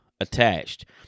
attached